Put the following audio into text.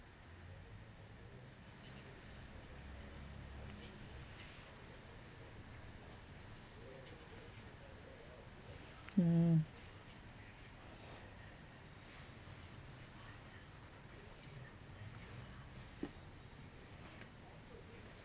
mm